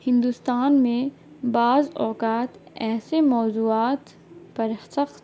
ہندوستان میں بعض اوقات ایسے موضوعات پر سخت